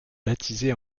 baptisée